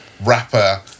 rapper